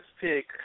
pick